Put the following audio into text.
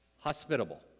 Hospitable